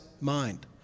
mind